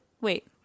Wait